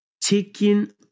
taking